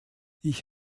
ich